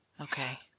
Okay